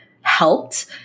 helped